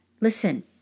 Listen